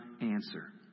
answer